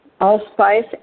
allspice